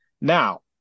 Now